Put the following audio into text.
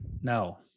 no